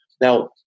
Now